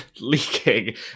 leaking